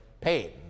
paid